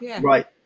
right